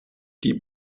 die